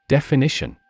Definition